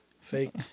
Fake